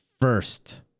first